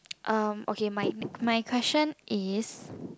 um okay my my question is